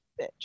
bitch